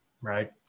right